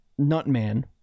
Nutman